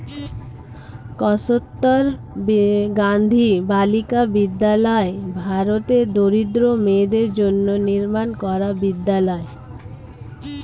কস্তুরবা গান্ধী বালিকা বিদ্যালয় ভারতের দরিদ্র মেয়েদের জন্য নির্মাণ করা বিদ্যালয়